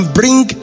bring